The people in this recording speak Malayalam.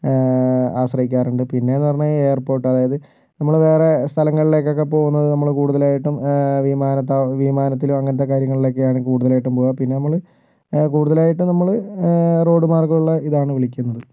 ആശ്രയിക്കാറുണ്ട് പിന്നെന്ന് പറഞ്ഞു കഴിഞ്ഞാല് എയര്പോര്ട്ട് ആണ് അത് നമ്മള് വേറെ സ്ഥലങ്ങളിലൊക്കെ പോകുമ്പോള് നമ്മള് കൂടുതലായിട്ടും നമ്മള് വിമാനത്താവളങ്ങളില് വിമാനത്തിലും അങ്ങനെയൊക്കെയുള്ള കാര്യങ്ങളില് കൂടുതലും പോവുക പിന്നെ നമ്മള് കൂടുതലായിട്ടും നമ്മള് റോഡ് മാര്ഗ്ഗമുള്ള ഇതാണ് വിളിക്കുന്നത്